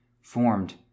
formed